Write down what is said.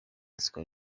ruswa